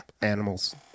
Animals